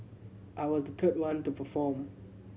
I was the third one to perform